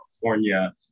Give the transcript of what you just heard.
California